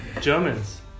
Germans